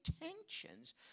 intentions